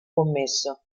commesso